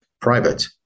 private